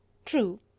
true.